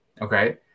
Okay